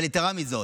יתרה מזו,